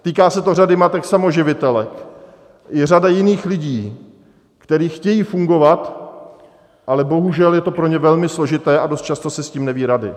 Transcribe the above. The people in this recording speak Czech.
Týká se to řady matek samoživitelek, i řada jiných lidí, kteří chtějí fungovat, ale bohužel, je to pro ně velmi složité a dost často si s tím neví rady.